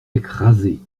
écrasé